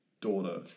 daughter